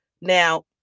Now